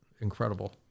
incredible